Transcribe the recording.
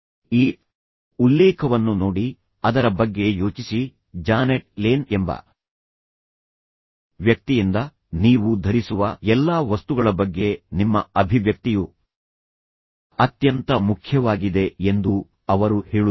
ಈ ಉಲ್ಲೇಖವನ್ನು ನೋಡಿ ಅದರ ಬಗ್ಗೆ ಯೋಚಿಸಿ ಜಾನೆಟ್ ಲೇನ್ ಎಂಬ ವ್ಯಕ್ತಿಯಿಂದ ನೀವು ಧರಿಸುವ ಎಲ್ಲಾ ವಸ್ತುಗಳ ಬಗ್ಗೆ ನಿಮ್ಮ ಅಭಿವ್ಯಕ್ತಿಯು ಅತ್ಯಂತ ಮುಖ್ಯವಾಗಿದೆ ಎಂದು ಅವರು ಹೇಳುತ್ತಾರೆ